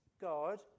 God